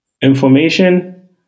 information